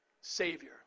Savior